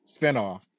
spinoff